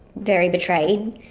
very betrayed.